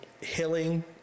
healing